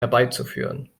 herbeizuführen